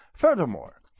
Furthermore